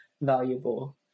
valuable